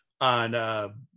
on